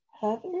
Heather